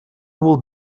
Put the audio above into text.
will